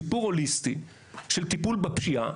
סיפור הוליסטי של טיפול בפשיעה.